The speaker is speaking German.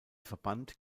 verband